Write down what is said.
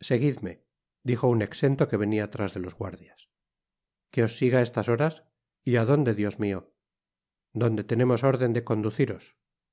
seguidme dijo un exento que venia tras de los guardias que os siga á estas horas y a donde dios mio i donde tenemos orden de conduciros